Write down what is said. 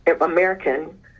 American